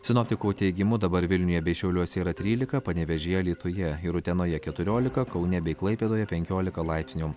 sinoptikų teigimu dabar vilniuje bei šiauliuose yra trylika panevėžyje alytuje ir utenoje keturiolika kaune bei klaipėdoje penkiolika laipsnių